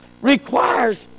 requires